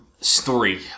Story